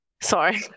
Sorry